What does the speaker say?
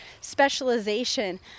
specialization